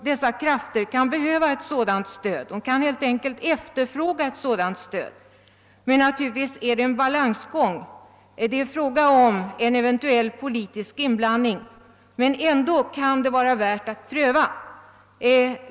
Dessa krafter kan behöva ett sådant stöd, de kan helt enkelt efterfråga ett sådant stöd. Men naturligtvis är det en balansgång. Det är fråga om en eventuell politisk inblandning, men ändå kan det vara värt att pröva.